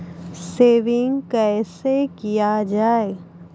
Saving कैसै किया जाय?